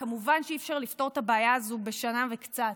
כמובן שאי-אפשר לפתור את הבעיה הזו בשנה וקצת,